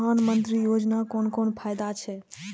प्रधानमंत्री योजना कोन कोन फायदा छै?